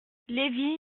lévy